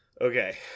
Okay